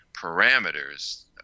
parameters